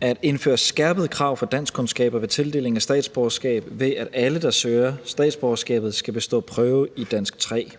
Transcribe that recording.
at indføre skærpede krav for danskkundskaber ved tildeling af statsborgerskab, ved at alle, der søger statsborgerskabet, skal bestå prøven i dansk 3.